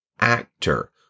actor